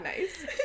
Nice